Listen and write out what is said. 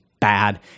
bad